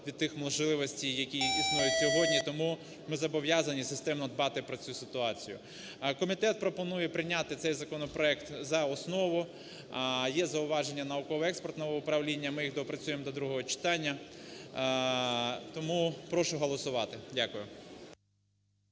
від тих можливостей, які існують сьогодні. Тому ми зобов'язані системно дбати про цю ситуацію. Комітет пропонує прийняти цей законопроект за основу. Є зауваження науково-експертного управління. Ми їх доопрацюємо до другого читання. Тому прошу голосувати. Дякую.